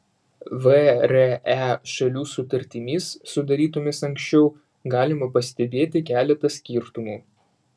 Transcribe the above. vre šalių sutartimis sudarytomis anksčiau galima pastebėti keletą skirtumų